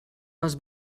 les